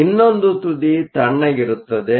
ಇನ್ನೊಂದು ತುದಿ ತಣ್ಣಗಿರುತ್ತದೆ